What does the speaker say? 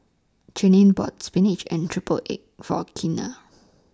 Cheyenne bought Spinach and Triple Egg For Kina